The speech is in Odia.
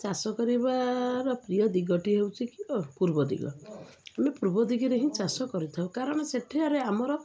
ଚାଷ କରିବାର ପ୍ରିୟ ଦିଗଟି ହେଉଛି କି ପୂର୍ବ ଦିଗ ଆମେ ପୂର୍ବ ଦିଗରେ ହିଁ ଚାଷ କରିଥାଉ କାରଣ ସେଠାରେ ଆମର